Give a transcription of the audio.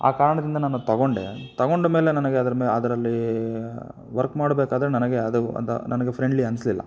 ಆ ಕಾರಣದಿಂದ ನಾನು ತಗೊಂಡೆ ತಗೊಂಡ ಮೇಲೆ ನನಗೆ ಅದರ ಮೆ ಅದ್ರಲ್ಲಿ ವರ್ಕ್ ಮಾಡಬೇಕಾದ್ರೆ ನನಗೆ ಅದು ಅದ್ ನನಗೆ ಫ್ರೆಂಡ್ಲಿ ಅನಿಸ್ಲಿಲ್ಲ